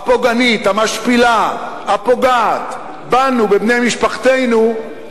הפוגענית, המשפילה, הפוגעת בנו, בבני משפחתנו.